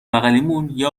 بغلیمون، یه